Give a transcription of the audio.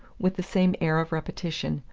with the same air of repetition,